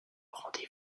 rendez